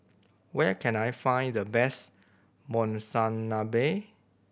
where can I find the best Monsunabe